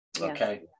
Okay